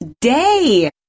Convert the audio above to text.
day